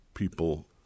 people